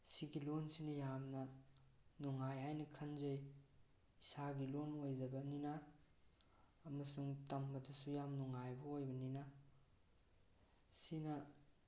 ꯁꯤꯒꯤ ꯂꯣꯟꯁꯤꯅ ꯌꯥꯝꯅ ꯅꯨꯡꯉꯥꯏ ꯍꯥꯏꯅ ꯈꯟꯖꯩ ꯏꯁꯥꯒꯤ ꯂꯣꯟ ꯑꯣꯏꯖꯕꯅꯤꯅ ꯑꯃꯁꯨꯡ ꯇꯝꯕꯗꯁꯨ ꯌꯥꯝ ꯅꯨꯡꯉꯥꯏꯕ ꯑꯣꯏꯕꯅꯤꯅ ꯁꯤꯅ